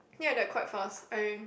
ya they're quite fast I